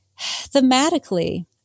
thematically